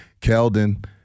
Keldon